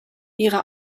ihre